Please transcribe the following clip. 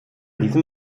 diesem